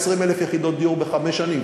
20,000 יחידות דיור בחמש שנים,